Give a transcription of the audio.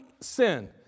sin